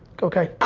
okay.